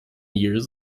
years